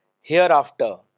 hereafter